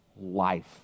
life